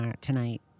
tonight